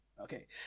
Okay